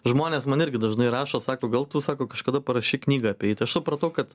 žmonės man irgi dažnai rašo sako gal tu sako kažkada parašyk knygą apie jį tai aš supratau kad